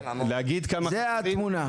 זו התמונה.